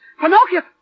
Pinocchio